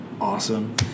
awesome